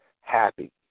happy